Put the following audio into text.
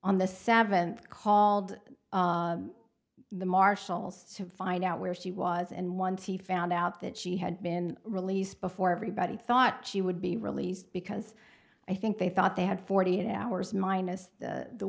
on the seventh called the marshals to find out where she was and once he found out that she had been released before everybody thought she would be released because i think they thought they had forty eight hours minus